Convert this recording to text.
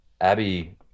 Abby